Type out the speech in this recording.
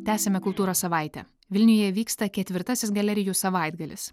tęsiame kultūros savaitę vilniuje vyksta ketvirtasis galerijų savaitgalis